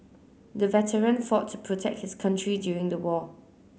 the veteran fought to protect his country during the war